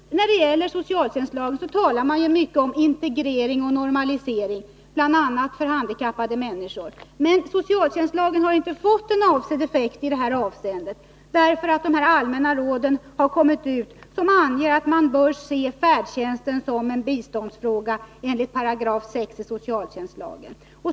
När det gäller socialtjänstlagen talar man mycket om integrering och normalisering, bl.a. för handikappade människor. Men socialtjänstlagen har inte fått avsedd effekt i det avseendet, därför att de allmänna råden har kommit ut som anger att man bör se färdtjänsten som en biståndsfråga enligt 6§ i socialtjänstlagen.